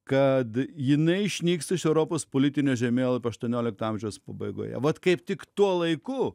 kad jinai išnyksta iš europos politinio žemėlapio aštuoniolikto amžiaus pabaigoje vat kaip tik tuo laiku